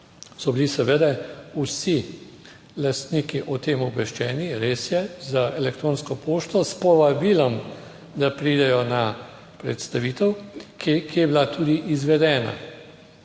so bili seveda vsi lastniki o tem obveščeni. Res je, z elektronsko pošto, s povabilom, da pridejo na predstavitev, ki je bila tudi izvedena,